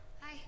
Hi